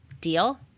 Deal